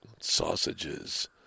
sausages